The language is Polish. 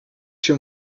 się